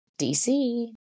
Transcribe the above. dc